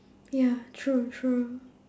ya true true